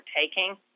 taking